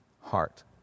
heart